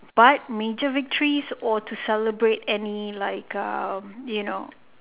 but major victories or to celebrate any like uh you know